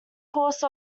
course